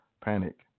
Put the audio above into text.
panic